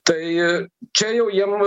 tai čia jau jiem